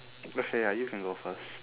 okay ya you can go first